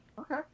okay